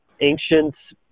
ancient